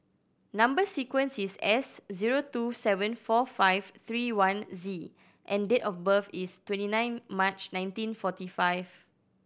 number sequence is S zero two seven four five three one Z and date of birth is twenty nine March nineteen forty five